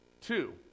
two